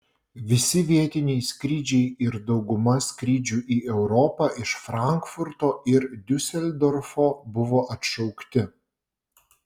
visi vietiniai skrydžiai ir dauguma skrydžių į europą iš frankfurto ir diuseldorfo buvo atšaukti